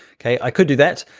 okay, i could do that,